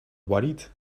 worried